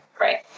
Right